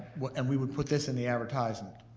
and we would put this in the advertisement,